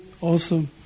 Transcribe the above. Awesome